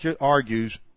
argues